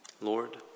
Lord